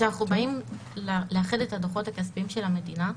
כשאנחנו באים לאחד את הדוחות הכספיים של המדינה,